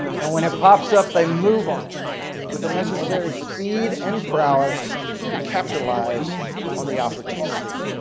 and when it pops up they move on it with the necessary speed and prowess to capitalize on the opportunity.